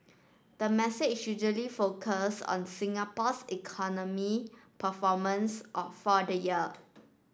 the message usually focus on Singapore's economy performance for the year